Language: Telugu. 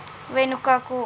వెనుకకు